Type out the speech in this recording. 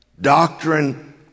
Doctrine